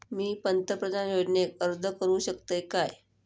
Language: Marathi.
मी पंतप्रधान योजनेक अर्ज करू शकतय काय?